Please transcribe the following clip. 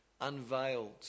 unveiled